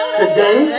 today